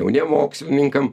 jauniem mokslininkam